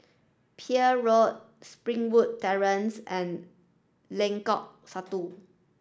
Peel Road Springwood Terrace and Lengkok Satu